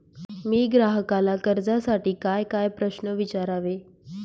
मी ग्राहकाला कर्जासाठी कायकाय प्रश्न विचारावे?